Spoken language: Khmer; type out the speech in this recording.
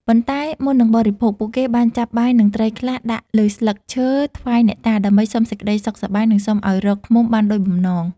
ប៉ុន្តែមុននឹងបរិភោគ ពួកគេបានចាប់បាយ និងត្រីខ្លះដាក់លើស្លឹកឈើថ្វាយអ្នកតា ដើម្បីសុំសេចក្តីសុខសប្បាយ និងសុំឲ្យរកឃ្មុំបានដូចបំណង។